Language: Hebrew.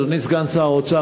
אדוני סגן שר האוצר,